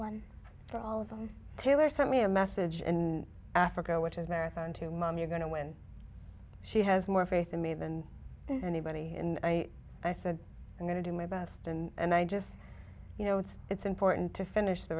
one for all of them taylor sent me a message and africa which is marathon to mum you're going to win she has more faith in me than anybody and i i said i'm going to do my best and i just you know it's it's important to finish the